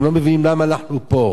הם לא מבינים למה אנחנו פה,